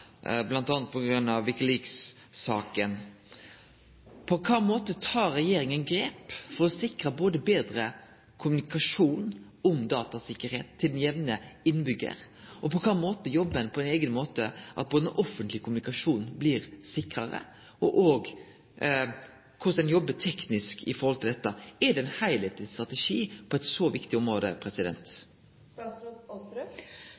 På kva måte tek regjeringa grep for å sikre betre kommunikasjon om datasikkerheit med den jamne innbyggjar? På kva måte jobbar ein for at den offentlege kommunikasjonen skal bli sikrare? Og korleis jobbar ein teknisk i samband med dette – er det ein heilskapleg strategi på eit så viktig område?